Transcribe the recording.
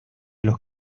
los